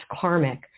karmic